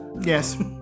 Yes